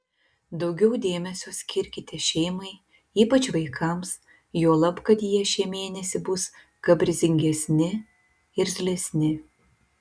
daugiau dėmesio skirkite šeimai ypač vaikams juolab kad jie šį mėnesį bus kaprizingesni irzlesni